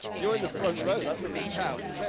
you're in the front row. that doesn't count.